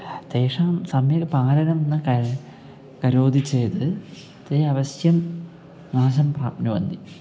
तेषां सम्यग् पालनं न कार् करोति चेद् ते अवश्यं नाशं प्राप्नुवन्ति